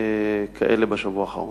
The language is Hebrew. כאלה בשבוע האחרון.